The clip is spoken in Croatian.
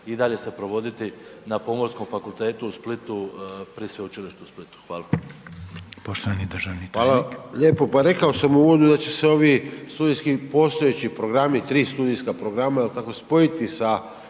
i dalje se provoditi na Pomorskom fakultetu u Splitu pri Sveučilištu u Splitu? Hvala.